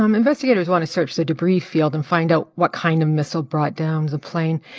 um investigators want to search the debris field and find out what kind of missile brought down the plane.